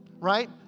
Right